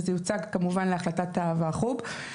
זה יוצג כמובן להחלטת ועדת חוץ וביטחון.